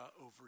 over